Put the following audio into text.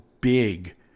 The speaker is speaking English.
big